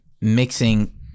mixing